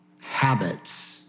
habits